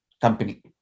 company